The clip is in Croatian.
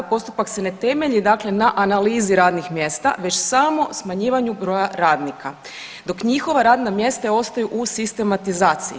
Postupak se ne temelji dakle na analizi radnih mjesta već samo smanjivanju broja radnika dok njihova radna mjesta ostaju u sistematizaciji.